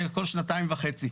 אלא כל שנתיים וחצי.